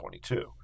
2022